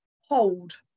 hold